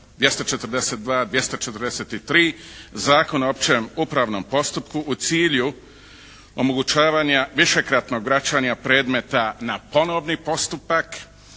242., 243. Zakona o općem upravnom postupku u cilju omogućavanja višekratnog vraćanja predmeta na ponovni postupak.